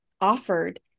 offered